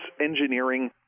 engineering